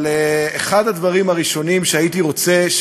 אבל אחד הדברים הראשונים שהייתי רוצה,